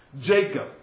Jacob